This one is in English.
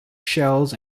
shells